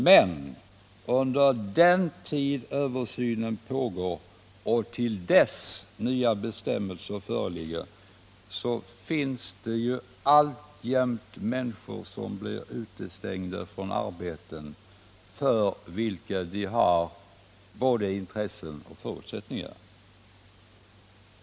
Men under den tid översynen pågår och till dess nya bestämmelser föreligger finns det alltjämt människor som blir utestängda från arbeten för vilka de har både intresse och förutsättningar.